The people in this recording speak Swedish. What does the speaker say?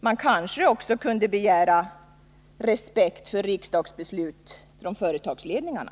Man kanske också kunde begära respekt för riksdagsbeslut från företagsledningarna.